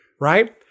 right